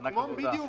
בדיוק.